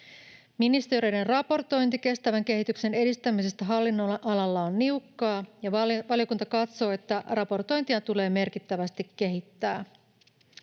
Ministeriöiden raportointi kestävän kehityksen edistämisestä hallinnonalalla on niukkaa, ja valiokunta katsoo, että raportointia tulee merkittävästi kehittää.